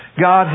God